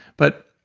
but,